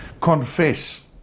confess